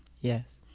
Yes